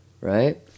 right